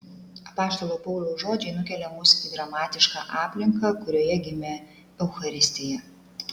apaštalo pauliaus žodžiai nukelia mus į dramatišką aplinką kurioje gimė eucharistija